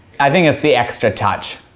i think that's the extra touch,